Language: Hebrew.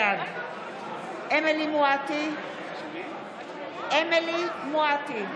בעד אמילי חיה מואטי,